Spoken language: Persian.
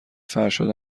فرشاد